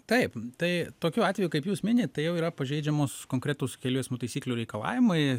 taip tai tokiu atveju kaip jūs minit tai jau yra pažeidžiamos konkretūs kelių eismo taisyklių reikalavimai